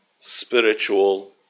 spiritual